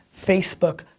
Facebook